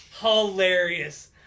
Hilarious